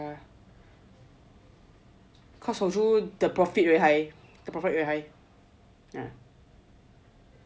because soju the profit rate high the profit very high